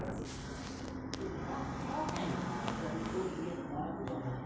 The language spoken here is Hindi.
फलों के पेड़ों से ज्यादा संख्या में फल लेने के लिए उनके फैलाव को नयन्त्रित करना जरुरी है